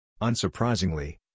Unsurprisingly